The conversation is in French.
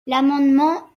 l’amendement